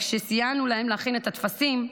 כשסייענו להם להכין את הטפסים,